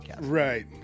Right